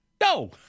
No